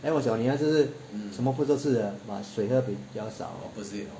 then 我小女儿就是什么 fruits 都吃的 but 水喝比较少